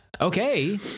okay